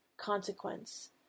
consequence